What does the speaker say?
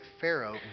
Pharaoh